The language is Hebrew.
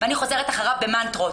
ואני חוזרת אחריו במנטרות.